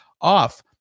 off